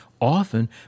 often